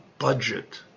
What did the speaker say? budget